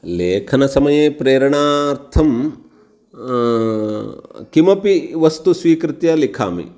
लेखनसमये प्रेरणार्थं किमपि वस्तु स्वीकृत्य लिखामि